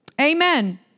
Amen